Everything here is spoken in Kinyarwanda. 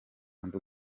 undi